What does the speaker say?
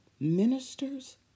ministers